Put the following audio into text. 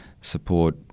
support